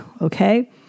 okay